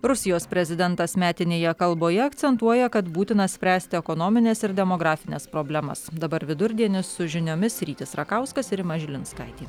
rusijos prezidentas metinėje kalboje akcentuoja kad būtina spręsti ekonomines ir demografines problemas dabar vidurdienis su žiniomis rytis rakauskas ir rima žilinskaitė